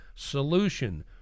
Solution